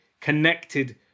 connected